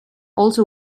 also